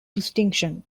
distinction